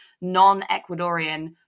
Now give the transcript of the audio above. non-Ecuadorian